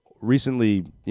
recently